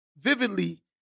vividly